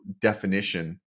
definition